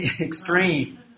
extreme